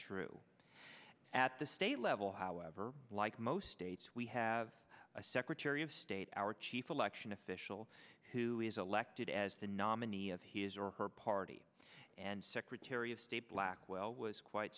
true at the state level however like most states we have a secretary of state our chief election official who is elected as the nominee of his or her party and secretary of state blackwell was quite